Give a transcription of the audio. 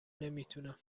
نمیتونم